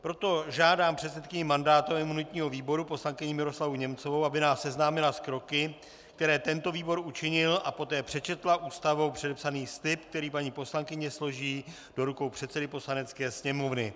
Proto žádám předsedkyni mandátového a imunitního výboru poslankyni Miroslavu Němcovou, aby nás seznámila s kroky, které tento výbor učinil, a poté přečetla Ústavou předepsaný slib, který paní poslankyně složí do rukou předsedy Poslanecké sněmovny.